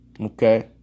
okay